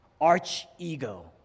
arch-ego